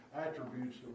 attributes